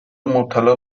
مبتلا